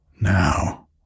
Now